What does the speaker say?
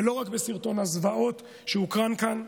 ולא רק בסרטון הזוועות שהוקרן כאן,